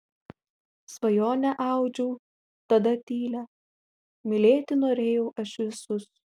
svajonę audžiau tada tylią mylėti norėjau aš visus